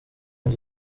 nzu